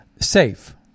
safe